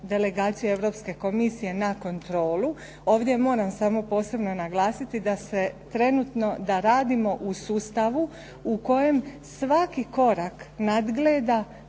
delegaciju Europske komisije na kontrolu. Ovdje moram samo posebno naglasiti da se trenutno, da radimo u sustavu u kojem svaki korak nadgleda,